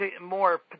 more